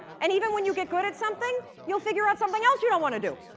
and even when you get good at something, you'll figure out something else you don't want to do.